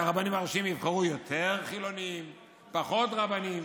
הרבנים הראשיים יבחרו יותר חילונים ופחות רבנים.